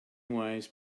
wise